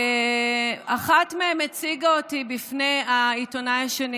אחת מהם הציגה אותי בפני העיתונאי השני